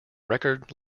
record